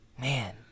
Man